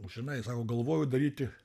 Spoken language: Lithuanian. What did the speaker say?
žinai sako galvojau daryti